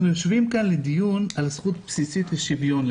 אנחנו יושבים כאן לדיון על זכות בסיסית לשוויון.